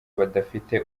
badafite